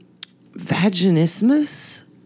Vaginismus